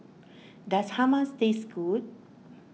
does Hummus taste good